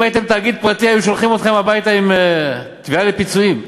אם הייתם תאגיד פרטי היו שולחים אתכם הביתה עם תביעה לפיצויים.